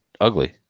ugly